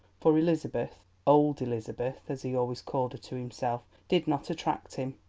for elizabeth old elizabeth, as he always called her to himself did not attract him,